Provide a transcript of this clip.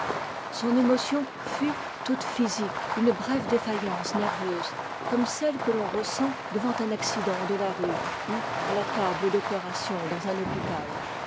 son émotion fut toute physique une brève défaillance nerveuse comme celle que l'on ressent devant un accident de la rue ou à la table d'opération dans un hôpital